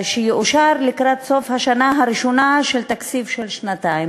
שיאושר לקראת סוף השנה הראשונה של תקציב של שנתיים?